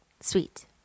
Sweet